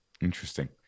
interesting